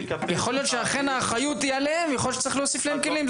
יכול להיות שהאחריות היא אכן שלהם אבל צריך להוסיף להם את הכלים,